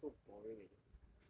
she's looks so boring eh